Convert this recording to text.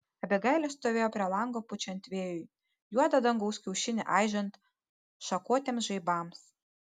abigailė stovėjo prie lango pučiant vėjui juodą dangaus kiaušinį aižant šakotiems žaibams